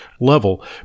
level